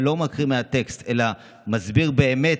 ולא מקריא מטקסט אלא מסביר באמת,